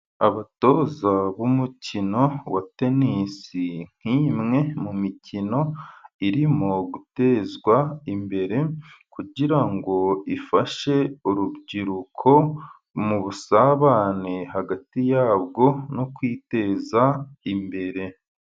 Abatoza b'umukino wa tenisi, nk'imwe mu mikino irimo gutezwa imbere, kugirango ifashe urubyiruko mubusabane hagati yabwo, no kwiteza imbere.